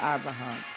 Abraham